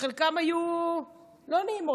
וחלקן היו לא נעימות.